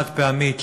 חד-פעמית,